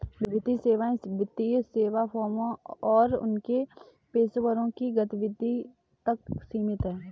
वित्तीय सेवाएं वित्तीय सेवा फर्मों और उनके पेशेवरों की गतिविधि तक सीमित हैं